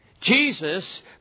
Jesus